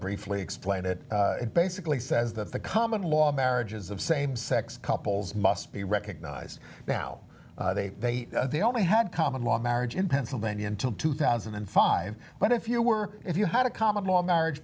briefly explain it it basically says that the common law marriages of same sex couples must be recognized now they say they only had common law marriage in pennsylvania until two thousand and five but if you were if you had a common law marriage